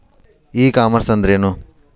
E commerce ಅಂದ್ರೇನು?